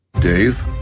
dave